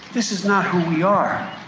this is not who we are.